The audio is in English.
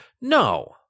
No